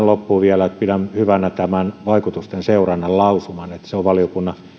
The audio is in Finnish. loppuun vielä että pidän hyvänä tätä vaikutusten seurantaa koskevaa lausumaa valiokunnan